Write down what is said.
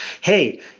hey